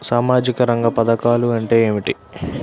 సామాజిక రంగ పధకాలు అంటే ఏమిటీ?